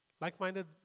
Like-minded